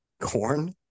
Corn